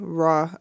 raw